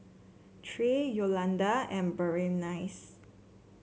Tre Yolanda and Berenice